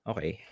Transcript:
Okay